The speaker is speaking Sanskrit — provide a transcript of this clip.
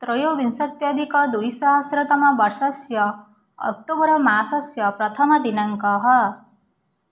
त्रयोविंशत्यधिकद्विसहस्रतमवर्षस्य अक्टोबरमासस्य प्रथमदिनाङ्कः